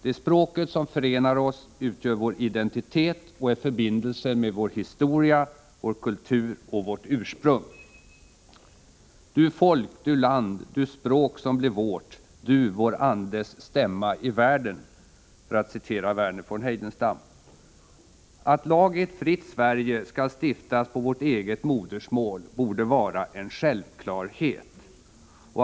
Det är språket som förenar oss, utgör vår identitet och är förbindelsen med vår historia, vår kultur och vårt ursprung. ”Du folk, du land, du språk som blev vårt, du vår andes stämma i världen” — för att citera Verner von Heidenstam. Att lag i ett fritt Sverige skall stiftas på vårt eget modersmål borde vara en självklarhet.